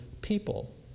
people